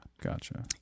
Gotcha